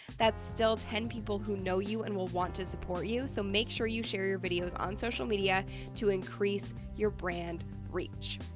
that's still ten people who know you and will want to support you, so make sure you share your videos on social media to increase your brand reach.